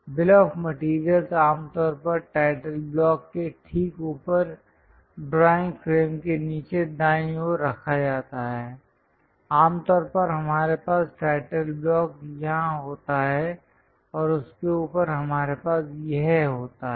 bill of materials आमतौर पर title block के ठीक ऊपर ड्राइंग फ्रेम के नीचे दाईं ओर रखा जाता है आमतौर पर हमारे पास टाइटल ब्लॉक यहां होता है और उसके ऊपर हमारे पास यह होता है